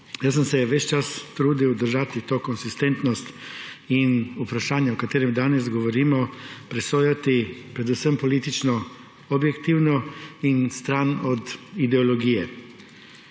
Jaz sem se ves čas trudil držati to konsistentnost in vprašanje, o katerem danes govorimo, presojati predvsem politično objektivno in stran od ideologije.